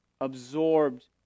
absorbed